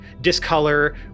discolor